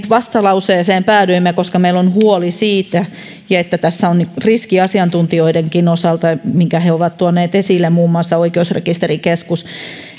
vastalauseeseen päädyimme koska meillä on huoli ja tässä on riski asiantuntijoidenkin mukaan minkä he ovat tuoneet esille muun muassa oikeusrekisterikeskus